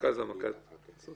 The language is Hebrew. המקורות שלך הם מקורות